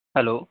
hello